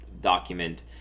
document